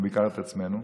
ובעיקר את עצמנו.